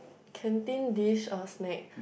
canteen dish or snack